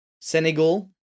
Senegal